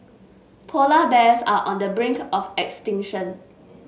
polar bears are on the brink of extinction